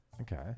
Okay